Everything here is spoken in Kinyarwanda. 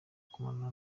kumarana